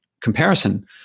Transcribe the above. comparison